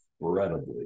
incredibly